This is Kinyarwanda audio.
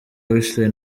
weasel